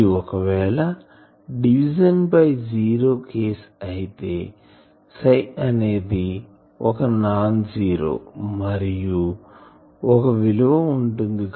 ఇది ఒకవేళ division by zero case అయితే Ψ అనేది ఒక నాన్ జీరో మరియు ఒక విలువ ఉంటుంది